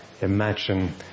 imagine